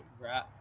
Right